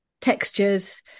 textures